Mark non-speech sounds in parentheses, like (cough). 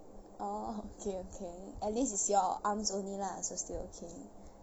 orh (laughs) okay okay at least is your arms only lah so still okay lah